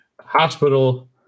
hospital